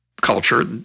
culture